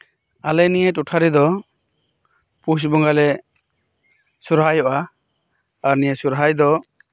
ᱟᱞᱮ ᱱᱤᱭᱟᱹ ᱴᱚᱴᱷᱟ ᱨᱮᱫᱚ ᱯᱩᱥ ᱵᱚᱸᱜᱟᱞᱮ ᱥᱚᱦᱨᱟᱭᱚᱜᱼᱟ ᱟᱨ ᱱᱤᱭᱟᱹ ᱥᱚᱦᱨᱟᱭ ᱫᱚ